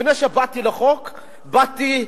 לפני שבאתי לחוק באתי,